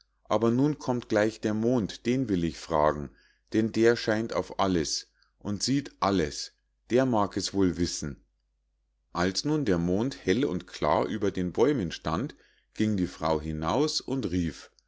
aber nun kommt gleich der mond den will ich fragen denn der scheint auf alles und sieht alles der mag es wohl wissen als nun der mond hell und klar über den bäumen stand ging die frau hinaus und rief